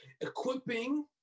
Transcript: equipping